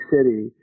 City